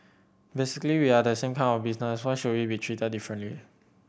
basically we are the same kind of business why should we be treated differently